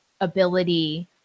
ability